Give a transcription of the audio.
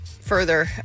further